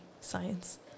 Science